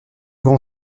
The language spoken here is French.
grand